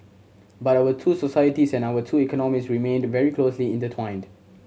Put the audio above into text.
but our two societies and our two economies remained very closely intertwined